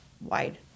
wide